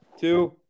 two